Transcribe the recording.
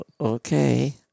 Okay